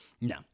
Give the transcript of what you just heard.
No